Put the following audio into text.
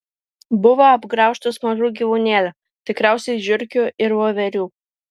buvo apgraužtas mažų gyvūnėlių tikriausiai žiurkių ir voverių